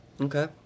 Okay